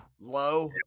low